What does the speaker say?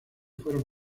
fueron